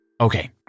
Okay